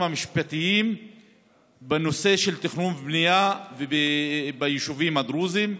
המשפטיים בנושא של תכנון ובנייה ביישובים הדרוזיים,